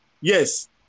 yes